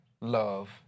Love